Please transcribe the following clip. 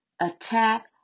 attack